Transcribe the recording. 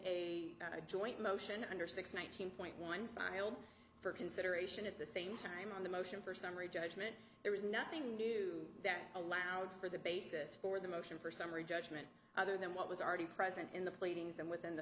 a joint motion under six nineteen point one filed for consideration at the same time on the motion for summary judgment there was nothing new that allowed for the basis for the motion for summary judgment other than what was already present in the pleadings and within the